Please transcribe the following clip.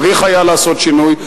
צריך היה לעשות שינוי.